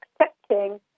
accepting